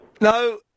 No